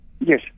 Yes